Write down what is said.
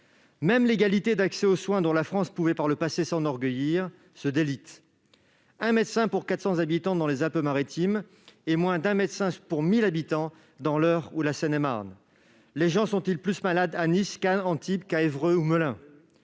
Même l'égalité d'accès aux soins, dont la France pouvait, par le passé, s'enorgueillir, se délite : on compte un médecin pour 400 habitants dans les Alpes-Maritimes et moins d'un médecin pour 1 000 habitants dans l'Eure ou en Seine-et-Marne. Les gens sont-ils plus malades à Nice, Cannes ou Antibes qu'à Évreux ou Melun ?